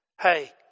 Hey